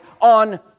on